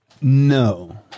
no